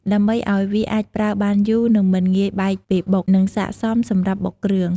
ដើម្បីអោយវាអាចប្រើបានយូរ និងមិនងាយបែកពេលបុក និងសាកសមសម្រាប់បុកគ្រឿង។